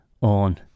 on